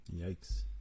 Yikes